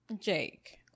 Jake